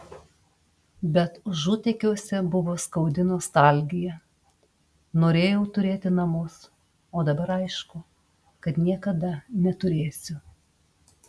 bet užutekiuose buvo skaudi nostalgija norėjau turėti namus o dabar aišku kad niekada neturėsiu